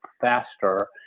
faster